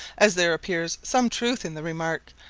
as there appears some truth in the remark,